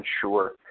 sure